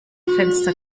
fenster